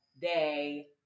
day